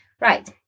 right